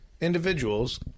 individuals